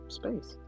space